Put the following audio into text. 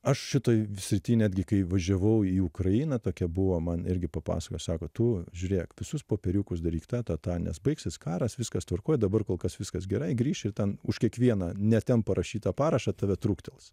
aš šitoj srity netgi kai važiavau į ukrainą tokia buvo man irgi papasakojo sako tu žiūrėk visus popieriukus daryk tą tą tą nes baigsis karas viskas tvarkoj dabar kol kas viskas gerai grįši ten už kiekvieną ne ten parašytą parašą tave truktels